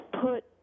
put